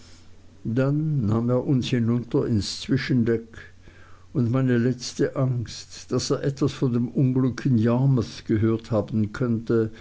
dann nahm er uns hinunter ins zwischendeck und meine letzte angst daß er etwas von dem unglück in yarmouth gehört haben könnte